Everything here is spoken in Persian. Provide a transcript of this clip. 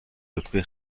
رتبه